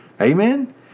Amen